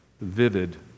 vivid